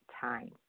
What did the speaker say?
time